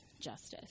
justice